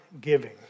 Giving